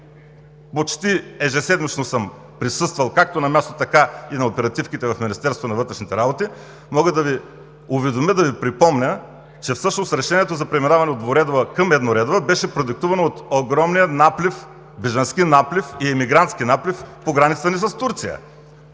почти ежемесечно съм присъствал както на място, така и на оперативките в Министерството на вътрешните работи, мога да Ви припомня, че всъщност решението за преминаване от двуредова към едноредова беше продиктувано от огромния бежански и емигрантски наплив по границата ни с Турция.